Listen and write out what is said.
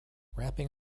wrapping